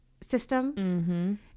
system